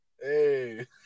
Hey